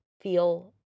feel